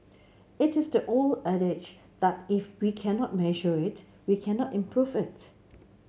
it is the old adage that if we cannot measure it we cannot improve it